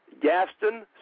Gaston